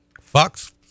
Fox